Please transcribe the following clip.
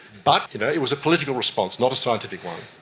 but you know it was a political response, not a scientific one.